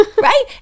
Right